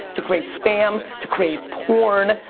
to create spam, to create porn.